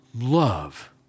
love